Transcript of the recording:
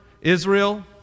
Israel